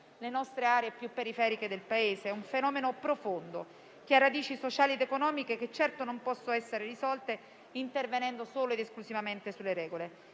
tempo le aree più periferiche del nostro Paese. È un fenomeno profondo che ha radici sociali ed economiche che non possono essere risolte intervenendo solo ed esclusivamente sulle regole.